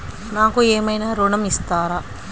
నాకు ఏమైనా ఋణం ఇస్తారా?